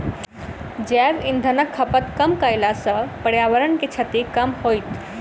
जैव इंधनक खपत कम कयला सॅ पर्यावरण के क्षति कम होयत